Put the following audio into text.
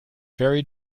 very